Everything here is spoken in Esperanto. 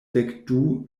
dekdu